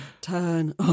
Turn